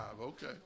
okay